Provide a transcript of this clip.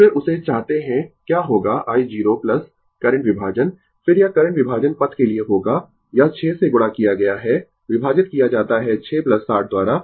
फिर उसे चाहते है क्या होगा i 0 करंट विभाजन फिर यह करंट विभाजन पथ के लिए होगा यह 6 से गुणा किया गया है विभाजित किया जाता है 6 60 द्वारा